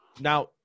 Now